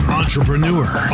entrepreneur